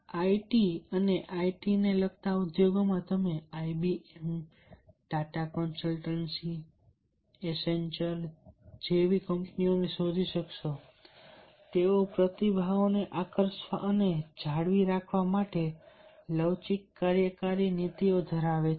IT અને IT સક્ષમ ઉદ્યોગોમાં તમે IBM TATA કન્સલ્ટન્સી એક્સેન્ચર જેવા શોધી શકશો તેઓ પ્રતિભાઓને આકર્ષવા અને જાળવી રાખવા માટે લવચીક કાર્યકારી નીતિઓ ધરાવે છે